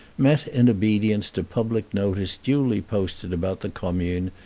met in obedience to public notice duly posted about the commune,